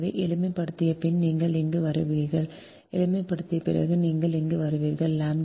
எனவே எளிமைப்படுத்திய பின் நீங்கள் இங்கு வருவீர்கள் எளிமைப்படுத்திய பிறகு நீங்கள் இங்கு வருவீர்கள் ʎ b 0